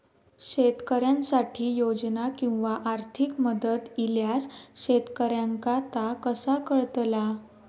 शेतकऱ्यांसाठी योजना किंवा आर्थिक मदत इल्यास शेतकऱ्यांका ता कसा कळतला?